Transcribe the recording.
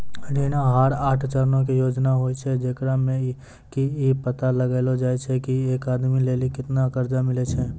ऋण आहार आठ चरणो के योजना होय छै, जेकरा मे कि इ पता लगैलो जाय छै की एक आदमी लेली केतना कर्जा मिलै छै